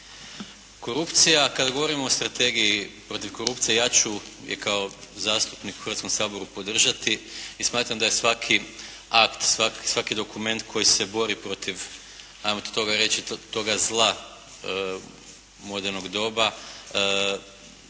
Korupcija, kad govorimo o strategiji protiv korupcije ja ću i kao zastupnik u Hrvatskom saboru podržati i smatram da je svaki akt, svaki dokument koji se bori protiv ajmo to, toga reći toga zla modernog doba,